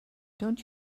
don’t